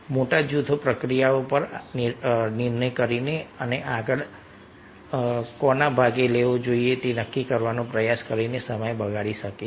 મોટા જૂથો પ્રક્રિયાઓ પર નિર્ણય કરીને અને આગળ કોણે ભાગ લેવો જોઈએ તે નક્કી કરવાનો પ્રયાસ કરીને સમય બગાડી શકે છે